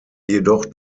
jedoch